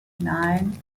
nein